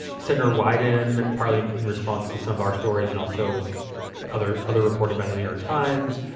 senator wyden, in parliament, in response to some of our stories and also other other reporting by the new york times,